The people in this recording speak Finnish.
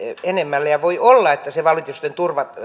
enemmälle ja voi olla että se valitusten